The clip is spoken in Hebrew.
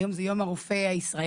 היום הוא יום הרופא הישראלי.